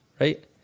right